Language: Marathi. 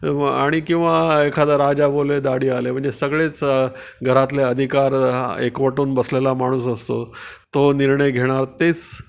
आणि किंवा एखादा राजा बोले दाढी हाले म्हणजे सगळेच घरातले अधिकार हा एकवटून बसलेला माणूस असतो तो निर्णय घेणार तेच